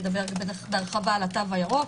בטח מדבר על התו הירוק,